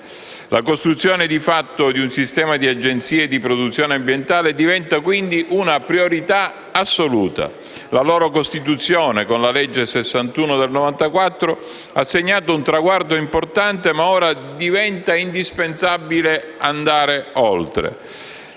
La costruzione di fatto di un sistema delle Agenzie di protezione ambientale diventa, quindi, una priorità assoluta. La loro costituzione, con la legge n. 61 del 1994, ha segnato un traguardo importante, ma ora diventa indispensabile andare oltre.